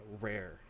rare